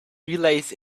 relays